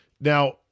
Now